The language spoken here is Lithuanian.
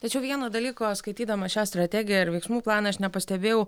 tačiau vieno dalyko skaitydama šią strategiją ir veiksmų planą aš nepastebėjau